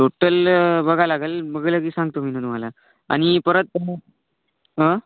total बघा लागेल बघलं की सांगतो मी न तुम्हाला आणि परत हां